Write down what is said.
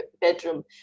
bedroom